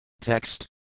Text